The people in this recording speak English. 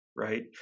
Right